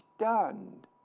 stunned